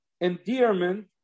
endearment